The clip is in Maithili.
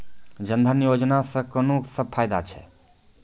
जनधन योजना सॅ कून सब फायदा छै?